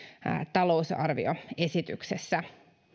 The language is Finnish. talousarvioesityksessä